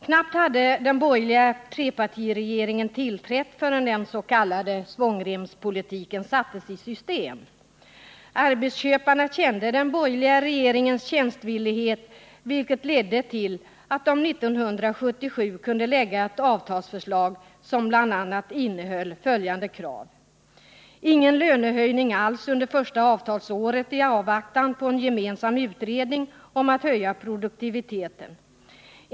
Knappt hade den borgerliga trepartiregeringen tillträtt förrän den s.k. svångremspolitiken sattes i system. Arbetsköparna kände den borgerliga regeringens tjänstvillighet, vilket ledde till att de 1977 kunde lägga fram ett avtalsförslag som bl.a. innehöll kravet att ingen lönehöjning alls skulle medges under det första avtalsåret, i avvaktan på en gemensam utredning om att höja produktiviteten.